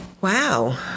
Wow